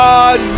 God